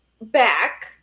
back